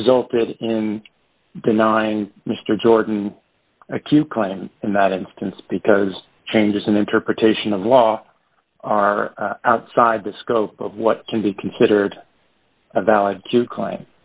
resulted in denying mr jordan a cue claim in that instance because changes in interpretation of the law are outside the scope of what can be considered a valid claim